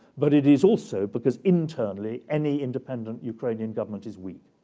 but it is also because internally, any independent ukrainian government is weak.